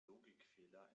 logikfehler